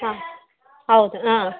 ಹಾಂ ಹೌದು ಹಾಂ